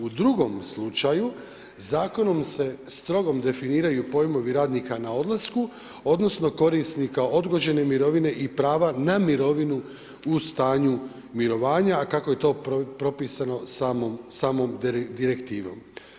U drugom slučaju, Zakonom se strogo definiraju pojmovi radnika na odlasku, odnosno korisnika odgođene mirovine i prava na mirovinu u stanju mirovanja, a kako je to propisano samom direktivom.